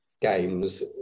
games